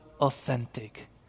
authentic